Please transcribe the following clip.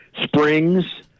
springs